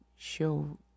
show